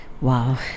Wow